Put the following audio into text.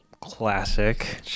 Classic